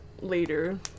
later